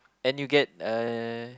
and you get uh